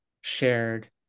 shared